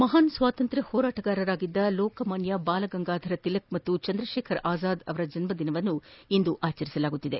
ಮಹಾನ್ ಸ್ವಾತಂತ್ರ್ಯ ಹೋರಾಟಗಾರರಾದ ಲೋಕಮಾನ್ಯ ಬಾಲಗಂಗಾಧರ ತಿಲಕ್ ಮತ್ತು ಚಂದ್ರಶೇಖರ ಆಜಾದ್ ಅವರ ಜನ್ಮದಿನವನ್ನು ಇಂದು ಆಚರಿಸಲಾಗುತ್ತಿದೆ